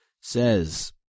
says